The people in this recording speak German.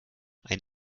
ein